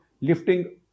lifting